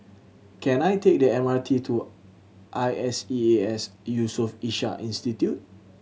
can I take the M R T to I S E A S Yusof Ishak Institute